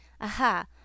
Aha